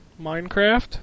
minecraft